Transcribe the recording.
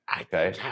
Okay